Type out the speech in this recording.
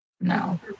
No